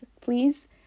please